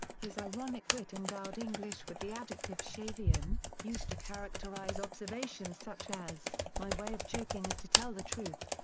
his ironic wit endowed english with the adjective shavian, used to characterize observations such as my way of joking is to tell the truth.